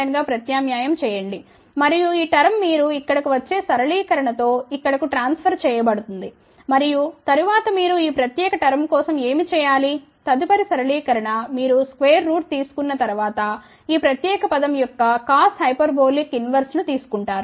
2589 గా ప్రత్యామ్నాయం చేయండి మరియు ఈ టర్మ్ మీరు ఇక్కడ కు వచ్చే సరళీకరణతో ఇక్కడ కు ట్రాన్స్ఫర్ చేయ బడుతుంది మరియు తరువాత మీరు ఈ ప్రత్యేక టర్మ్ కోసం ఏమి చేయాలి తదుపరి సరళీకరణ మీరు square రూట్ తీసుకున్న తర్వాత ఈ ప్రత్యేక పదం యొక్క కాస్ హైపర్బోలిక్ విలోమం తీసు కుంటారు